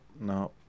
no